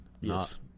Yes